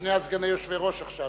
שני סגני היושב-ראש עכשיו.